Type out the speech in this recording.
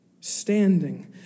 standing